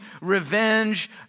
revenge